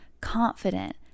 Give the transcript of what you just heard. confident